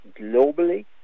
globally